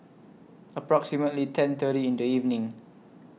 approximately ten thirty in The evening